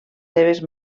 seves